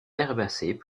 herbacées